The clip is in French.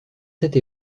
cette